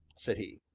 said he.